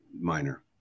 minor